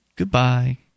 Goodbye